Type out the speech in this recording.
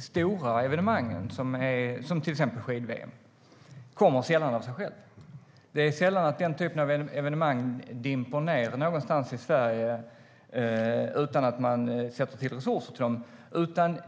stora evenemangen, som till exempel skid-VM, kommer sällan av sig själva. Det är sällan den typen av evenemang dimper ned någonstans i Sverige utan att man sätter av resurser till dem.